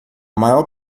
maior